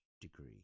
degree